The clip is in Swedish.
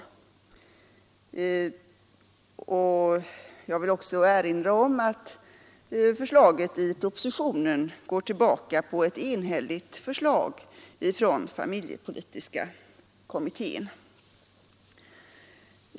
Jag vill också erinra om att förslaget i propositionen går tillbaka på ett enhälligt förslag från Nr 77 familjepolitiska kommittén.